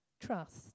trust